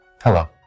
Hello